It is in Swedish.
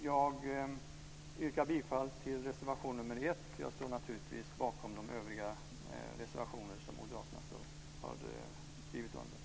Jag yrkar bifall till reservation nr 1. Jag står naturligtvis bakom de övriga reservationer som moderaterna har skrivit under.